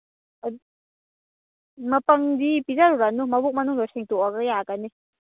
ꯃꯄꯪꯗꯤ ꯄꯤꯖꯔꯨꯔꯅꯨ ꯃꯕꯨꯛ ꯃꯅꯨꯡꯗꯣ ꯁꯦꯡꯇꯣꯛꯑꯒ ꯌꯥꯒꯅꯤ